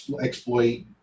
exploit